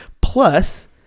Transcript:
plus